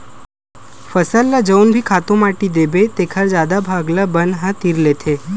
फसल ल जउन भी खातू माटी देबे तेखर जादा भाग ल बन ह तीर लेथे